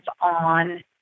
on